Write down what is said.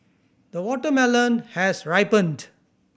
the watermelon has ripened